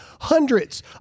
hundreds